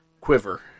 Quiver